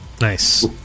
Nice